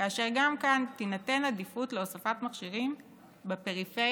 כאשר גם כאן תינתן עדיפות להוספת מכשירים בפריפריה,